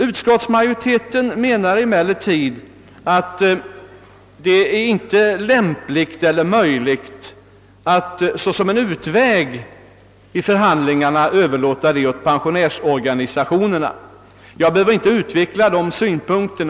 Utskottsmajoriteten menar emellertid, att det inte är lämpligt eller möjligt att såsom en utväg i förhandlingarna överlåta denna fråga åt pensionärsorganisationerna. Jag behöver inte utveckla dessa synpunkter.